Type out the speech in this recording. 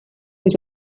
uns